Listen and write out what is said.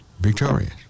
victorious